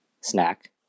snack